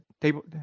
table